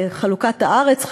חלוקת הארץ,